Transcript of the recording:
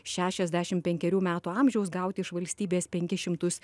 šešiasdešim penkerių metų amžiaus gauti iš valstybės penkis šimtus